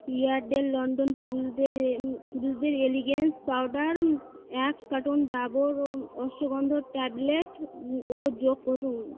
Yardley London পুরুষদের এ পুরুষদের এলিগেন্স পাউডার এক কার্টন ডাবর ও অশ্বগন্ধার ট্যাবলেট ও যোগ করুন